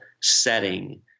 setting